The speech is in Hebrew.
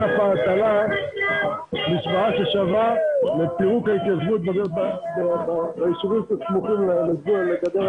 בבקשה בבקשה בבקשה אל תתנו יד לחיסול ההתיישבות בגבול הלבנון.